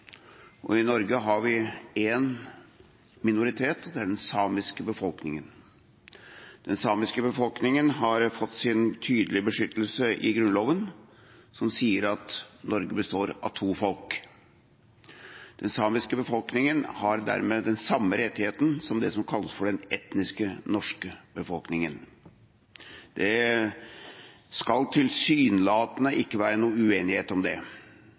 minoriteter. I Norge har vi én minoritet. Det er den samiske befolkningen. Den samiske befolkningen har fått sin tydelige beskyttelse i Grunnloven, som sier at Norge består av to folk. Den samiske befolkningen har dermed de samme rettighetene som det som kalles for den etnisk norske befolkningen. Det skal – tilsynelatende – ikke være noen uenighet om det.